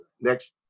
next